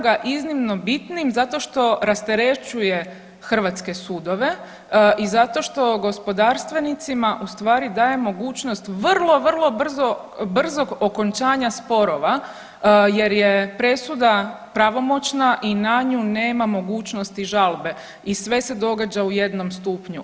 Smatram ga iznimno bitnim zato što rasterećuje hrvatske sudove i zato što gospodarstvenicima u stvari daje mogućnost vrlo, vrlo brzo, brzog okončanja sporova jer je presuda pravomoćna i na nju nema mogućnosti žalbe i sve se događa u jednom stupnju.